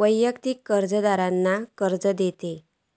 वैयक्तिक कर्जदारांका कर्ज देतत